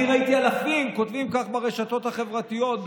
אני ראיתי שיש אלפים שכותבים כך ברשתות החברתיות,